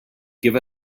give